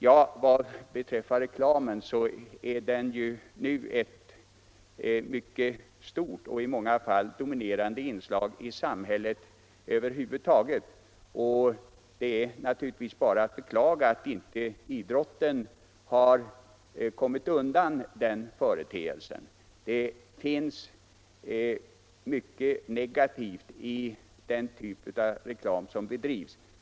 Ja, vad beträffar reklamen är den nu ett mycket stort och i många fall dominerande inslag i samhället över huvud taget och det är naturligtvis bara att beklaga att inte idrotten har kommit undan den företeelsen. Det finns mycket negativt i den typ av reklam som bedrivs.